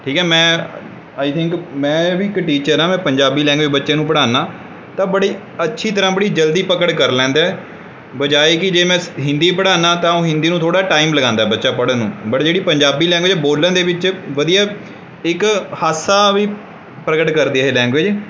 ਠੀਕ ਹੈ ਮੈਂ ਆਈ ਥਿੰਕ ਮੈਂ ਇਹ ਵੀ ਇੱਕ ਟੀਚਰ ਆ ਮੈਂ ਪੰਜਾਬੀ ਲੈਂਗੁਏਜ ਬੱਚਿਆਂ ਨੂੰ ਪੜ੍ਹਾਉਂਦਾ ਤਾਂ ਬੜੇ ਅੱਛੀ ਤਰ੍ਹਾਂ ਬੜੀ ਜਲਦੀ ਪਕੜ ਕਰ ਲੈਂਦਾ ਬਜਾਏ ਕਿ ਜੇ ਮੈਂ ਹਿੰਦੀ ਪੜ੍ਹਾਉਣਾ ਤਾਂ ਉਹ ਹਿੰਦੀ ਨੂੰ ਥੋੜਾ ਟਾਈਮ ਲਗਾਉਂਦਾ ਬੱਚਾ ਪੜ੍ਹਨ ਨੂੰ ਬਟ ਜਿਹੜੀ ਪੰਜਾਬੀ ਲੈਂਗੁਏਜ ਬੋਲਣ ਦੇ ਵਿੱਚ ਵਧੀਆ ਇੱਕ ਹਾਸਾ ਵੀ ਪ੍ਰਗਟ ਕਰਦੀ ਹੈ ਇਹ ਲੈਂਗੁਏਜ